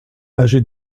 âgés